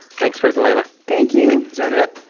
thanks, kirk and leila thank you is that it?